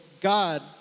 God